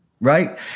right